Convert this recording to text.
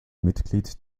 mitglied